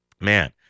man